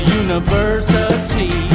university